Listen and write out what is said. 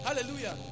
Hallelujah